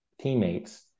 teammates